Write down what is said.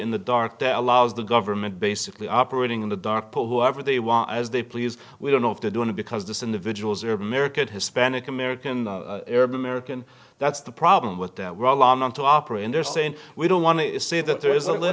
in the dark that allows the government basically operating in the dark pool whoever they want as they please we don't know if they're doing it because this individual's or american hispanic american the arab american that's the problem with their role on them to operate and they're saying we don't want to see that there is